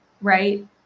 right